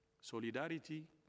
Solidarity